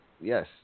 yes